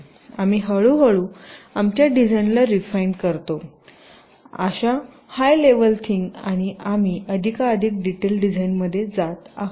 आम्ही हळू हळू आमच्या डिझाइनला रिफाईन करतो अशा हाय लेवल थिंग आणि आम्ही अधिकाधिक डिटेल डिझाइनमध्ये जात आहोत